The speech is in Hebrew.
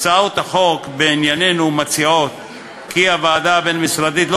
בהצעות החוק בענייננו מוצע כי הוועדה הבין-משרדית לא